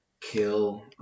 kill